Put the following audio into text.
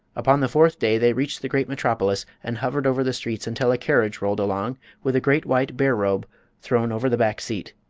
upon the fourth day they reached the great metropolis, and hovered over the streets until a carriage rolled along with a great white bear robe thrown over the back seat.